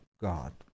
God